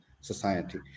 society